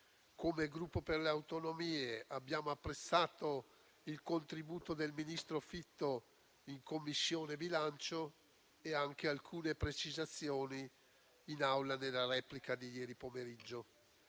come Gruppo per le Autonomie abbiamo apprezzato il contributo del ministro Fitto in Commissione bilancio e anche alcune sue precisazioni in Aula nella replica di ieri pomeriggio,